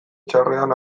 txarrean